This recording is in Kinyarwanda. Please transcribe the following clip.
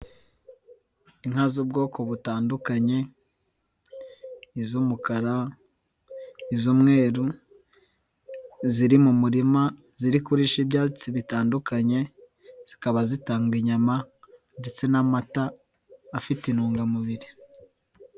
Inka z'ubwoko butandukanye: iz'umukara, iz'umweru, ziri mu murima ziri kurisha ibyatsi bitandukanye, zikaba zitanga inyama ndetse n'amata afite intungamubiri.